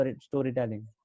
storytelling